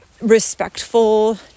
respectful